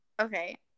okay